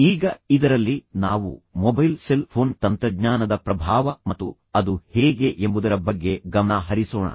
ಈಗ ಇದರಲ್ಲಿ ನಾವು ಮೊಬೈಲ್ ಸೆಲ್ ಫೋನ್ ತಂತ್ರಜ್ಞಾನದ ಪ್ರಭಾವ ಮತ್ತು ಅದು ಹೇಗೆ ಎಂಬುದರ ಬಗ್ಗೆ ಗಮನ ಹರಿಸೋಣ